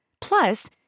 Plus